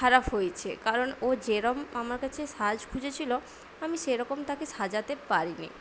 খারাপ হয়েছে কারণ ও যেরম আমার কাছে সাজ খুঁজেছিলো আমি সেরকম তাকে সাজাতে পারিনি